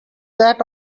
that